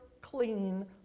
clean